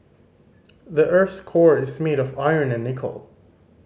the earth's core is made of iron and nickel